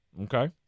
Okay